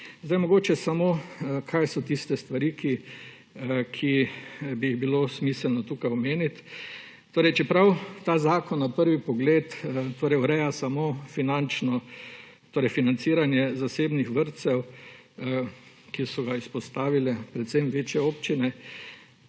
Mogoče samo, kaj so tiste stvari, ki bi jih bilo smiselno tukaj omeniti. Čeprav ta zakon na prvi pogled ureja samo financiranje zasebnih vrtcev, ki so ga izpostavile predvsem večje občine,